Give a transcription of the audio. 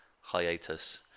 hiatus